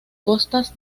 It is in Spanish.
costas